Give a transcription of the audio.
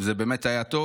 זה באמת היה טוב.